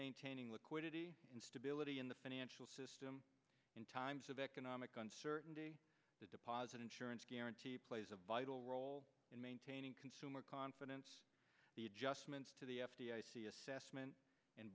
maintaining liquidity and stability in the financial system in times of economic uncertainty the deposit insurance guarantee plays a vital role in maintaining consumer confidence the adjustments to the f d i c assessment and